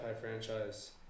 franchise